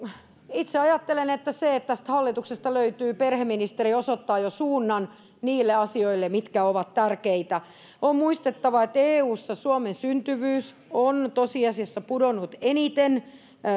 itse ajattelen että se että tästä hallituksesta löytyy perheministeri osoittaa jo suunnan niille asioille mitkä ovat tärkeitä on muistettava että eussa suomen syntyvyys on tosiasiassa pudonnut eniten